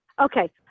Okay